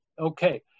Okay